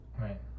Right